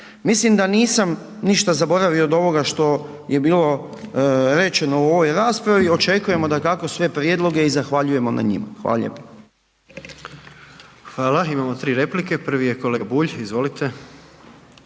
Mislim da nisam ništa zaboravio od ovoga što je bilo rečeno u ovoj raspravi. Očekujemo dakako sve prijedloge i zahvaljujemo na njima. Hvala lijepo. **Jandroković, Gordan (HDZ)** Hvala. Imamo tri replike. Prvi je kolega Bulj, izvolite.